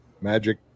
magic